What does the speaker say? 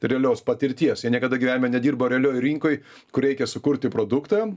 realios patirties jie niekada gyvenime nedirbo realioj rinkoj kur reikia sukurti produktą